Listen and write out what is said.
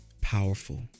powerful